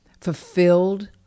fulfilled